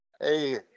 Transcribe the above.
Hey